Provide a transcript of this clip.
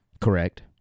Correct